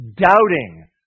doubting